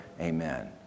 Amen